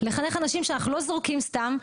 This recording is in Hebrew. לחנך אנשים שאנחנו לא זורקים סתם,